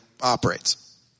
operates